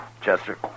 Chester